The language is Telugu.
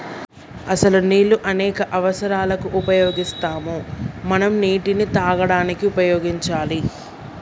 అసలు నీళ్ళు అనేక అవసరాలకు ఉపయోగిస్తాము మనం నీటిని తాగడానికి ఉపయోగించాలి